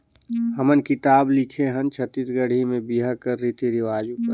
हमन किताब लिखे हन छत्तीसगढ़ी में बिहा कर रीति रिवाज उपर